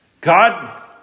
God